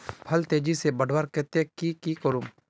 फल तेजी से बढ़वार केते की की करूम?